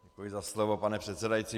Děkuji za slovo, pane předsedající.